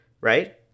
right